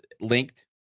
linked